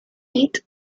hit